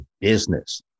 business